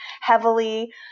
heavily